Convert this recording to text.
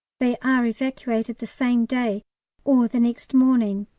they are evacuated the same day or the next morning,